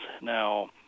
now